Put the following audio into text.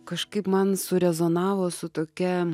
kažkaip man surezonavo su tokia